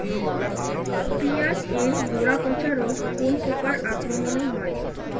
পিঁয়াজ এর গড়া পচা রোগ কোন পোকার আক্রমনে হয়?